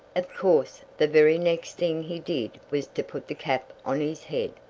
of course the very next thing he did was to put the cap on his head.